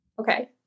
Okay